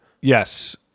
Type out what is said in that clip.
Yes